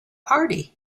party